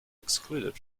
excluded